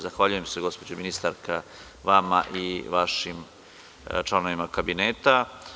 Zahvaljujem se, gospođo ministarka, vama i vašim članovima kabineta.